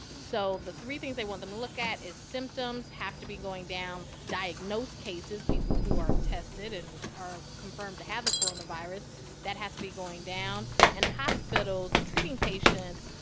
so the three things they want them to look at is symptoms have to be going down. diagnosed cases people who are tested and are confirmed to have the coronavirus that has to be going down. and hospitals treating patients,